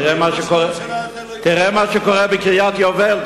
תראה מה שקורה בקריית-יובל.